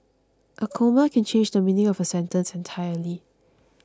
a comma can change the meaning of a sentence entirely